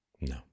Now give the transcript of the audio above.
No